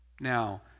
Now